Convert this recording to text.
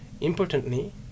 Importantly